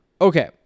Okay